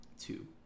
two